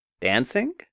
Dancing